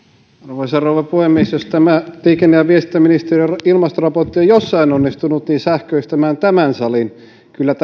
arvoisa rouva puhemies jos tämä liikenne ja viestintäministeriön ilmastoraportti on jossain onnistunut niin sähköistämään tämän salin kyllä